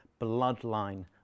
bloodline